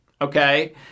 Okay